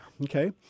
Okay